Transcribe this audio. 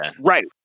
right